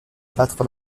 battre